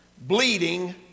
Bleeding